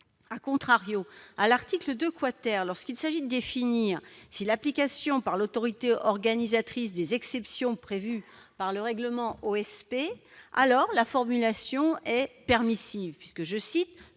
à l'État., à l'article 2 , lorsqu'il s'agit de l'application par l'autorité organisatrice des exceptions prévues par le règlement OSP, la formulation est permissive, visant « toute